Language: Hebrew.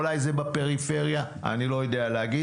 אולי זה בפריפריה אני לא יודע להגיד.